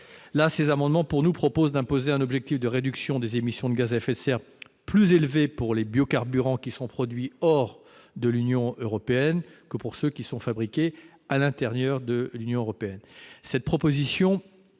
41 rectifié et 77 rectifié visent à imposer un objectif de réduction des émissions de gaz à effet de serre plus élevé pour les biocarburants produits hors de l'Union européenne que pour ceux qui sont fabriqués à l'intérieur de l'Union européenne. Cette proposition